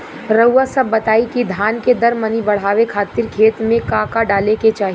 रउआ सभ बताई कि धान के दर मनी बड़ावे खातिर खेत में का का डाले के चाही?